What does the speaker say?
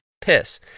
piss